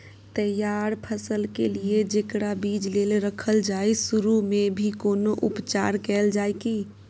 तैयार फसल के लिए जेकरा बीज लेल रखल जाय सुरू मे भी कोनो उपचार कैल जाय की?